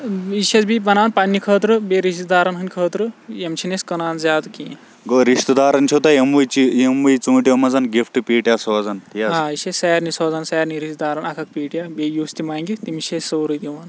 یہِ چھِ أسۍ بیٚیہِ بَناوان پَننہِ خٲطرٕ بیٚیہ رِشتہٕ دارَن ہنٛد خٲطرٕ یِم چھِنہٕ أسۍ کٕنان زیادٕ کینٛہہ گوٚو رِشتہٕ دارن چھو تُہۍ یِموٕے چیزو یِموٕے ژونٹھو منٛز گفٹہٕ پیٹیا سوزان آ یہِ چھِ أسۍ سارنٕے سوزان سارنی رِشتہٕ دارَن اَکھ اَکھ پیٹیا بیٚیہ یُس تہِ مَنٛگہِ تٔمس چھِ أسۍ سورٕے دِوان